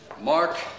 Mark